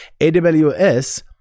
AWS